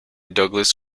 douglas